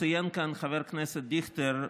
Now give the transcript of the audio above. ציין כאן חבר הכנסת דיכטר,